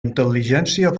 intel·ligència